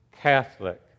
Catholic